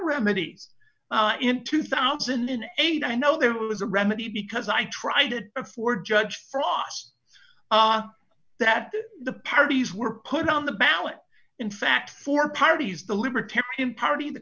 remedies in two thousand and eight i know there is a remedy because i tried it before judge frost that the parties were put on the ballot in fact four parties the libertarian party the